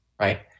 right